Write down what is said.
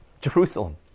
Jerusalem